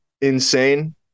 insane